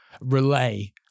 relay